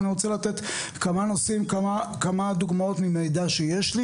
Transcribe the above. ואני רוצה לתת כמה דוגמאות ממידע שיש לי